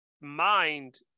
mind